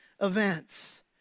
events